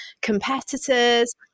competitors